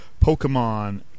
Pokemon